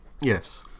Yes